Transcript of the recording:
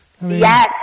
Yes